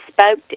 spoke